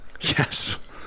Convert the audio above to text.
Yes